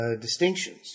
distinctions